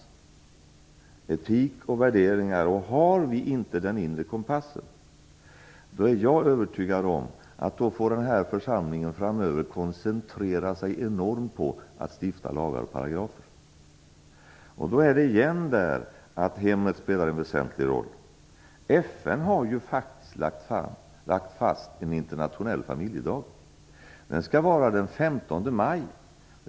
Det handlar om etik och värderingar. Har vi inte den inre kompassen är jag övertygad om att den här församlingen framöver får koncentrera sig enormt på att stifta lagar och införa paragrafer. Då är vi igen tillbaka till att hemmet spelar en väsentlig roll. FN har faktiskt lagt fast en internationell familjedag. Den skall vara den 15 maj.